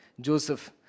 Joseph